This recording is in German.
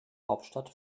hauptstadt